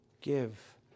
Give